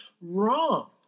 wrong